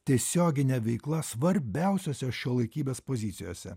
tiesiogine veikla svarbiausiose šiuolaikybės pozicijose